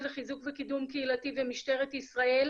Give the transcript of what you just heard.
לחיזוק וקידום קהילתי ומשטרת ישראל,